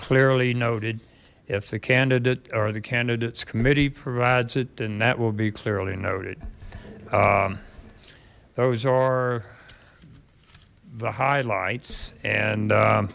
clearly noted if the candidate or the candidates committee provides it and that will be clearly noted those are the highlights and